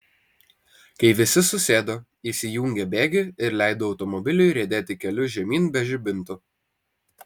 kai visi susėdo jis įjungė bėgį ir leido automobiliui riedėti keliu žemyn be žibintų